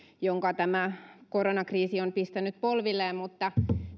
jonka tämä koronakriisi on pistänyt polvilleen mutta